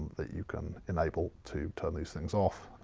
that you can enable to turn these things off,